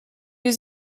was